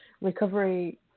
recovery